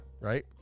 Right